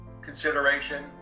consideration